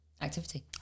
activity